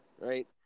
Right